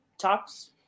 tops